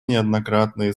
неоднократные